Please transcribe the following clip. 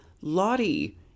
Lottie